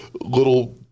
little